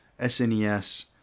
SNES